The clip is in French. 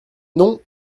non